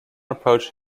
approach